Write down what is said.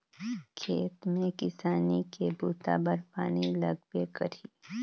खेत में किसानी के बूता बर पानी लगबे करही